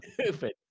stupid